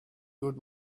good